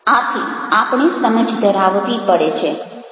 આથી આપણે સમજ ધરાવવી પડે છે